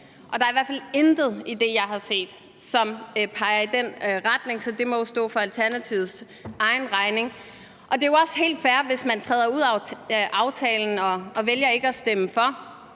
Der er i hvert fald intet i det, jeg har set, som peger i den retning, så det må jo stå for Alternativets egen regning. Det er jo også helt fair, hvis man træder ud af aftalen og vælger ikke at stemme for,